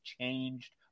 changed